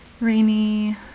rainy